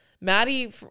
maddie